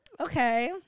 Okay